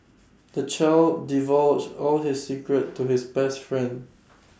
the child divulged all his secret to his best friend